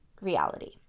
reality